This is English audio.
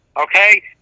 okay